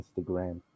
Instagram